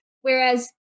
Whereas